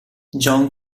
john